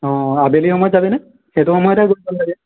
অ আবেলি সময়ত যাবিনে সেইটো সময়তে গৈ ভাল লাগে